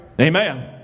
Amen